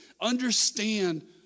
Understand